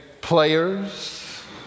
players